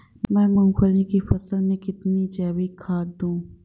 मैं मूंगफली की फसल में कितनी जैविक खाद दूं?